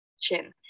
Chin